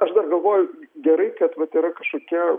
aš dar galvoju gerai kad vat yra kažkokie